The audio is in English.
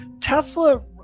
tesla